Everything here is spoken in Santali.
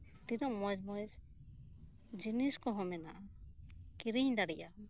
ᱛᱤᱱᱟᱹᱜ ᱢᱚᱸᱡᱽ ᱢᱚᱸᱡᱽ ᱡᱤᱱᱤᱥ ᱠᱚᱦᱚ ᱢᱮᱱᱟᱜᱼᱟ ᱠᱤᱨᱤᱧ ᱫᱟᱲᱮᱭᱟᱜ ᱟᱢ